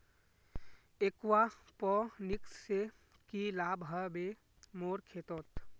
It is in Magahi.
एक्वापोनिक्स से की लाभ ह बे मोर खेतोंत